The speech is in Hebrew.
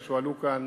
לסדר-היום שהועלו כאן